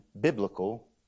biblical